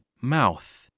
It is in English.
Mouth